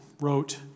wrote